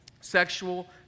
sexual